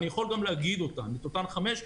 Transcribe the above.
אני גם יכול להגיד את אותן חמש,